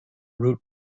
route